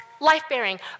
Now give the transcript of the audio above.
life-bearing